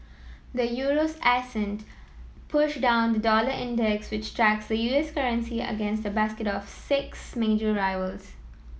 the euro's ascent pushed down the dollar index which tracks the U S currency against a basket of six major rivals